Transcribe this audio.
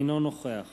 אינו נוכח